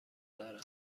دارم